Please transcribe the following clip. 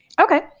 Okay